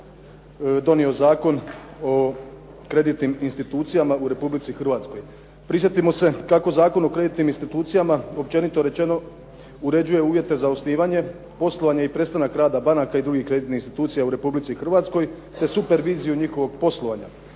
donio Zakon o kreditnim institucijama u Republici Hrvatskoj. Prisjetimo se kako Zakon o kreditnim institucijama općenito rečeno uređuje uvjete za osnivanje, poslovanje i prestanak rada banaka i drugih kreditnih institucija u Republici Hrvatskoj te superviziju njihovog poslovanja,